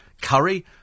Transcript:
curry